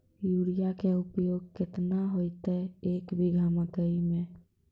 Urea के उपयोग केतना होइतै, एक बीघा मकई मे?